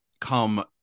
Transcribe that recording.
come